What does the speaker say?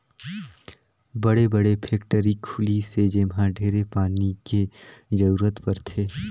बड़े बड़े फेकटरी खुली से जेम्हा ढेरे पानी के जरूरत परथे